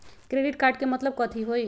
Credit card के मतलब कथी होई?